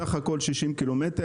בסך הכול 60 קילומטר.